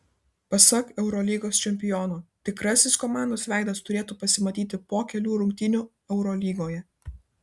pasak eurolygos čempiono tikrasis komandos veidas turėtų pasimatyti po kelių rungtynių eurolygoje